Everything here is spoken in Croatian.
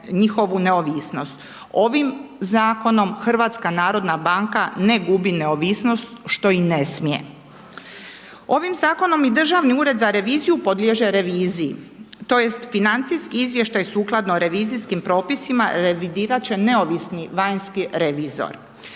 Ovim zakonom HNB ne gubi neovisnost, što i ne smije. Ovim zakonom i Državni ured za reviziju podliježe reviziji, tj. financijski izvještaj sukladno revizijskim propisima, revidirati će neovisni vanjski revizor.